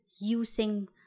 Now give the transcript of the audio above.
using